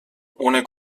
ohne